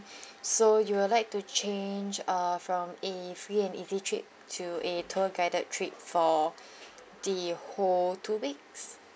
so you would like to change uh from a free and easy trip to a tour guided trip for the whole two weeks